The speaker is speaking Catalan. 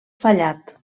fallat